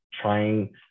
trying